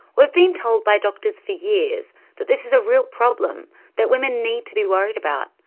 we've been told by doctors for years that this is a real problem that women need to be worried about,